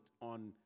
on